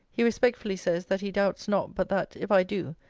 he respectfully says, that he doubts not, but that, if i do,